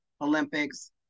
Olympics